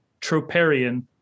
troparian